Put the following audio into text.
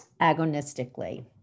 agonistically